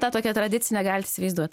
tą tokią tradicinę galit įsivaizduot